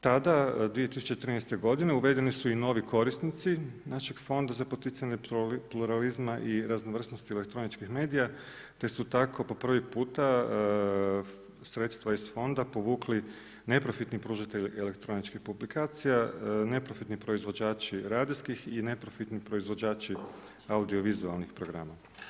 Tada 2013. godine uvedeni su i novi korisnici našeg Fonda za poticanje pluralizma i raznovrsnosti elektroničkih medija te su tako po prvi puta sredstva iz fonda povukli neprofitni pružatelji elektroničkih publikacija, neprofitni proizvođači radijskih i neprofitni proizvođači audiovizualnih programa.